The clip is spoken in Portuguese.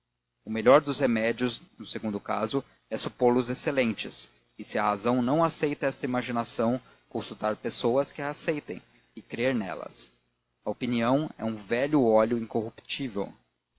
o melhor dos remédios no segundo caso é supô los excelentes e se a razão não aceita esta imaginação consultar pessoas que a aceitem e crer nelas a opinião é um velho óleo incorruptível